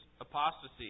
apostasy